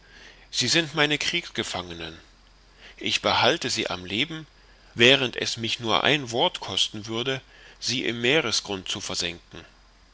sie sind meine kriegsgefangenen ich behalte sie am leben während es mich nur ein wort kosten würde sie im meeresgrund zu versenken